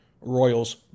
Royals